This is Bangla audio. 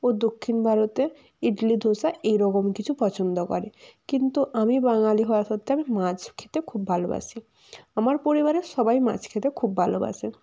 ও দক্ষিণ ভারতে ইডলি ধোসা এই রকম কিছু পছন্দ করে কিন্তু আমি বাঙালি হওয়া সত্ত্বে আমি মাছ খেতে খুব ভালোবাসি আমার পরিবারের সবাই মাছ খেতে খুব ভালোবাসে